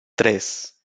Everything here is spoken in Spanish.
tres